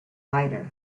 lighter